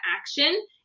action